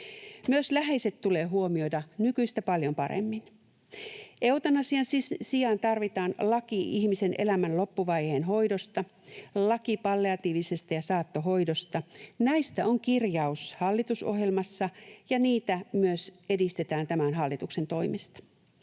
Myös läheiset tulee huomioida nykyistä paljon paremmin. Eutanasian sijaan tarvitaan laki ihmisen elämän loppuvaiheen hoidosta, laki palliatiivisesta ja saattohoidosta. Näistä on kirjaus hallitusohjelmassa, ja niitä myös edistetään tämän hallituksen toimesta.